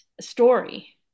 story